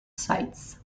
sites